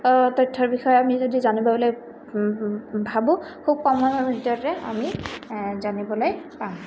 তথ্যৰ বিষয়ে আমি যদি জানিবলৈ ভাবোঁ খুব কম সময়ৰ ভিতৰতে আমি জানিবলৈ পাওঁ